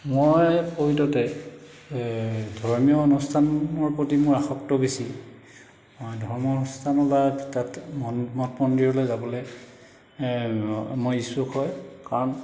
মই প্ৰকৃততে ধৰ্মীয় অনুষ্ঠানৰ প্ৰতি মোৰ আসক্ত বেছি মই ধৰ্ম অনুষ্ঠান বা তাত মন মঠ মন্দিৰলৈ যাবলৈ মই ইচ্ছুক হয় কাৰণ